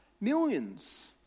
millions